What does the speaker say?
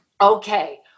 Okay